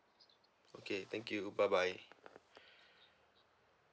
okay thank you bye bye